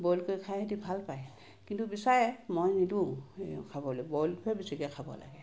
boil কৰি খাই ইহঁতি ভাল পায় কিন্তু বিচাৰে মই নিদোঁ খাবলৈ বইলটোহে বেছিকৈ খাব লাগে